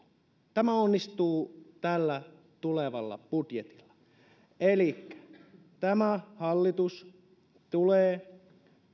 tämä onnistuu tällä tulevalla budjetilla elikkä tämä hallitus tulee